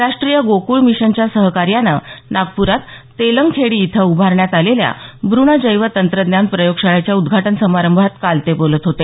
राष्ट्रीय गोकुळ मिशनच्या सहकार्याने नागप्रात तेलंगखेडी इथं उभारण्यात आलेल्या भ्रूण जैवतंत्रज्ञान प्रयोगशाळेच्या उद्घाटन समारंभात काल ते बोलत होते